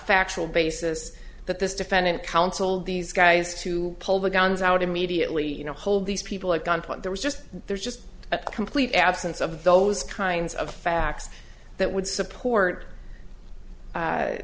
factual basis that this defendant counseled these guys to pull the guns out immediately you know hold these people at gun point there was just there's just a complete absence of those kinds of facts that would support